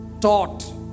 Taught